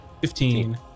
fifteen